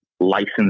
license